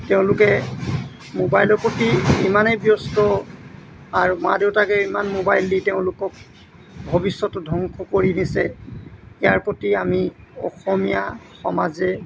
তেওঁলোকে মোবাইলৰ প্ৰতি ইমানেই ব্যস্ত আৰু মা দেউতাকে ইমান মোবাইল দি তেওঁলোকক ভৱিষ্যততো ধ্বংস কৰি দিছে ইয়াৰ প্ৰতি আমি অসমীয়া সমাজে